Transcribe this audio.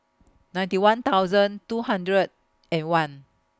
ninety one thousand two hundred and one